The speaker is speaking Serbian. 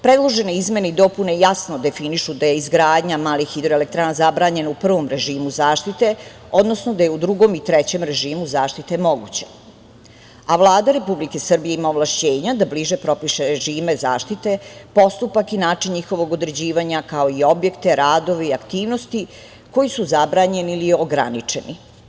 Predložene izmene i dopune jasno definišu da je izgradnja malih hidroelektrana zabranjena u prvom režimu zaštite, odnosno da je u drugom i trećem režimu zaštite moguće, a Vlada Republike Srbije ima ovlašćenja da bliže propiše režime zaštite, postupak i način njihovog određivanja, kao i objekte, radove i aktivnosti koji su zabranjeni ili ograničeni.